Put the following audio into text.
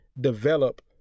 develop